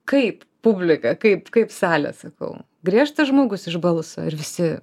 kaip publika kaip kaip salė sakau griežtas žmogus iš balso ir visi